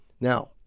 Now